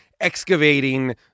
excavating